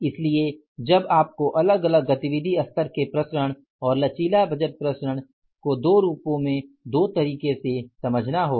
इसलिए अब आपको अलग अलग गतिविधि स्तर के प्रसरण और लचीला बजट प्रसरण को दो रूपों में दो तरीकों से समझना होगा